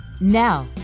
Now